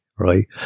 right